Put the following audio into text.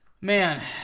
Man